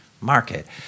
market